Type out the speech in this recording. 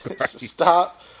stop